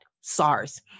SARS